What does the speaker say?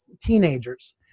teenagers